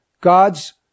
God's